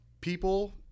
people